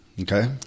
Okay